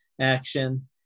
action